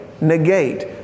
negate